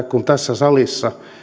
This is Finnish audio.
kun tässä salissa